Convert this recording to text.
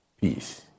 peace